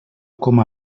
com